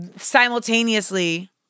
simultaneously